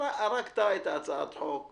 כך הרגת את הצעת החוק לגמרי.